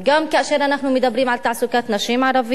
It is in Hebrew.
גם כאשר אנחנו מדברים על תעסוקת נשים ערביות,